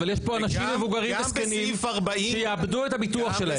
אבל יש פה אנשים מבוגרים וזקנים שיאבדו את הביטוח שלהם.